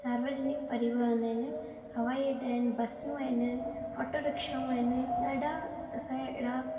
सार्वजनिक परिवाहन आहिनि हवाई अड्डा आहिनि बसियूं आहिनि ऑटो रिक्शाऊं आहिनि ॾाढा असांजा अहिड़ा